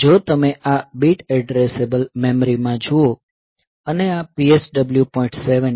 જો તમે આ બીટ એડ્રેસેબલ મેમરી માં જુઓ અને આ PSW